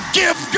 give